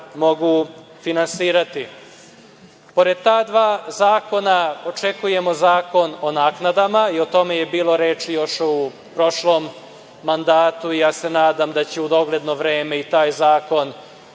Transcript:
mogu finansirati. Pored ta dva zakona očekujemo zakon o naknadama. O tome je bilo reči još u prošlom mandatu. Nadam se da će u dogledno vreme i taj zakon